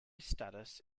status